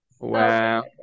Wow